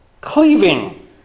cleaving